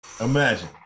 Imagine